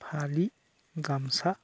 फालि गामसा